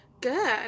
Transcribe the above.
Good